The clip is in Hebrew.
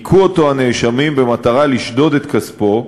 הכו אותו הנאשמים במטרה לשדוד את כספו,